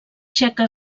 txeca